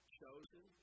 chosen